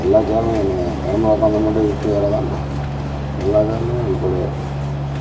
எல்லா சேருமே ஒன்று தாங்க பெரம்புல உட்காந்தா மட்டும் இடுப்பு வலி வராதா என்ன எல்லா சேர்லையுமே இடுப்பு வலி வரும்